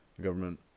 government